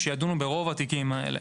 מינהליים, שידונו ברוב התיקים האלה.